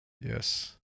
Yes